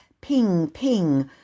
ping-ping